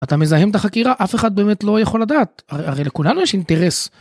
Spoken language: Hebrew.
אתה מזהם את החקירה, אף אחד באמת לא יכול לדעת, הרי לכולנו יש אינטרס.